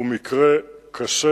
הוא מקרה קשה.